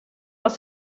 aus